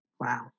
Wow